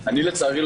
לצערי,